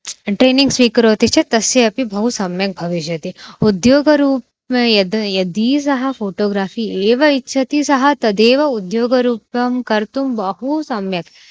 training स्वीकरोति चेत् तस्य अपि बहु सम्यक् भविष्यति उद्योगरूपं यद् यदि सः फ़ोटोग्राफ़ि एव इच्छति सः तदेव उद्योगरूपं कर्तुं बहु सम्यक्